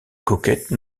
coquette